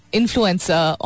influencer